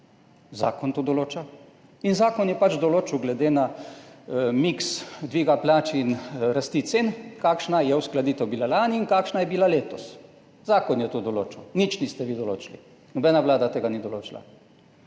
Zakon to določa. In zakon je pač določil glede na miks dviga plač in rasti cen, kakšna je uskladitev bila lani in kakšna je bila letos. Zakon je to določil. Nič niste vi določili, nobena vlada tega ni določila.